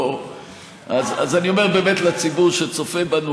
אז אני אומר באמת לציבור שצופה בנו